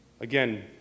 Again